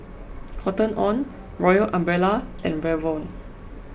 Cotton on Royal Umbrella and Revlon